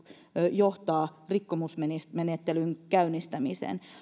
johtaa rikkomusmenettelyn käynnistämiseen